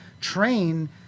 train